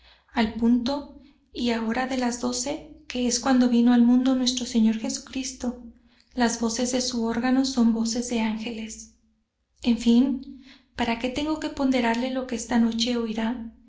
al punto y hora de las doce que es cuando vino al mundo nuestro señor jesucristo las voces de su órgano son voces de ángeles en fin para qué tengo de ponderarle lo que esta noche oirá